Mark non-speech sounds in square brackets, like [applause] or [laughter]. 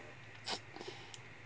[noise]